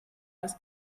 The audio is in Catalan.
les